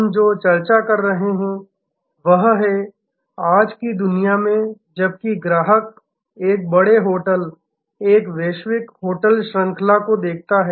हम जो चर्चा कर रहे हैं वह है आज की दुनिया में जबकि ग्राहक एक बड़े होटल एक वैश्विक होटल श्रृंखला को देखता है